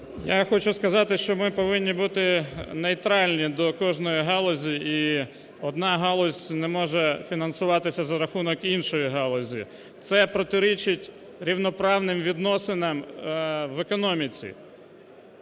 Я хочу сказати, що ми повинні бути нейтральні до кожної галузі і одна галузь не може фінансуватися за рахунок іншої галузі. Це протирічить рівноправним відносинам в економіці.